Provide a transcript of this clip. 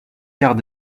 quarts